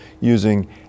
using